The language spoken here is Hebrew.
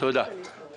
כמה זה במיליארדים?